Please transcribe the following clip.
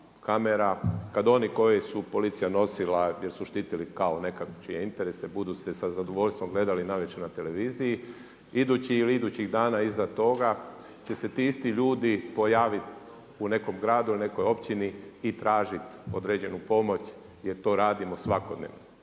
kamera, kada oni koji su policija nosila jer su štitili kao nečije interese budu se za zadovoljstvom gledali navečer na televiziji, idući ili idućih dana iza toga će se ti isti ljudi pojaviti u nekom gradu ili nekoj općini i tražiti određenu pomoć jer to radimo svakodnevno,